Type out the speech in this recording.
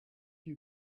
you